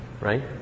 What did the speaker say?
Right